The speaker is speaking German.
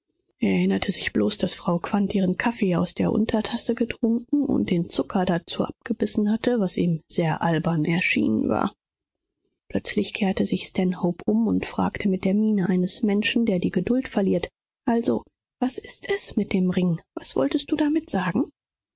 er erinnerte sich bloß daß frau quandt ihren kaffee aus der untertasse getrunken und den zucker dazu abgebissen hatte was ihm sehr albern erschienen war plötzlich kehrte sich stanhope um und fragte mit der miene eines menschen der die geduld verliert also was ist es mit dem ring was wolltest du damit sagen